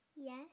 Yes